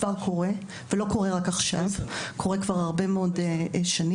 כי כבר קורה ולא רק עכשיו אלא כבר הרבה מאוד שנים.